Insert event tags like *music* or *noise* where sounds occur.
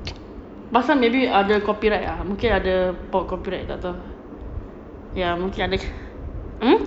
*noise* pasal maybe ada copyright ah mungkin ada copyright tak tahu ya mungkin ada hmm